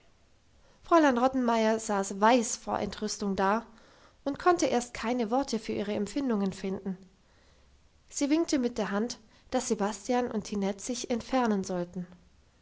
fräulein rottenmeier saß weiß vor entrüstung da und konnte erst keine worte für ihre empfindungen finden sie winkte mit der hand dass sebastian und tinette sich entfernen sollten